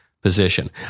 position